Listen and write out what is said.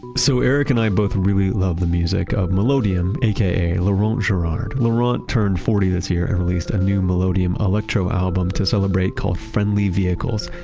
so eric and i both really love the music of melodium a k a, laurent gerard. laurent turned forty this year and released a new melodium electro album to celebrate called friendly vehicles.